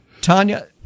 Tanya